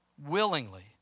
willingly